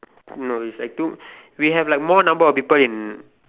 no it's like too we have like more number of people in